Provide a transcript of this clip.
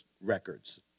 Records